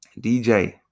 dj